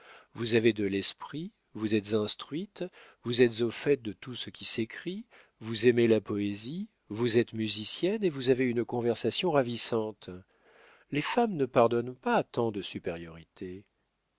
vous avez de l'esprit vous êtes instruite vous êtes au fait de tout ce qui s'écrit vous aimez la poésie vous êtes musicienne et vous avez une conversation ravissante les femmes ne pardonnent pas tant de supériorités